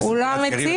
הוא לא המציע.